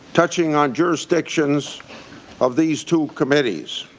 touching on jurisdictions of these two committees.